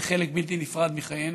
אלא חלק בלתי נפרד מחיינו,